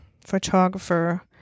photographer